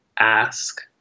ask